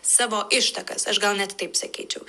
savo ištakas aš gal net taip sakyčiau